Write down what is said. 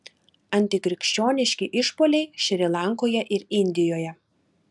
antikrikščioniški išpuoliai šri lankoje ir indijoje